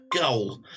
goal